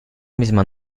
misma